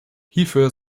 hierfür